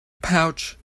pouch